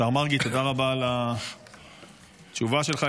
השר מרגי, תודה רבה על התשובה שלך.